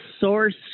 source